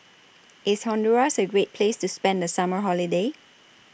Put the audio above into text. IS Honduras A Great Place to spend The Summer Holiday